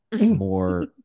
more